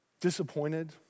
disappointed